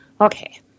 Okay